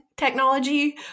technology